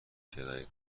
کرایه